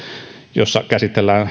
jossa käsitellään